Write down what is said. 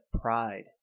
pride